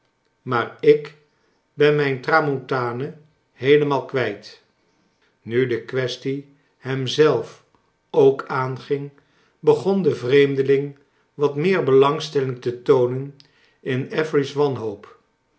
maar ik ben mijn tramontane heelemaal kwijt nu de kwestie hem zelf ook aanging bogon de vreemdeling wat meer belangstelling te tooneh in affery's wanhoop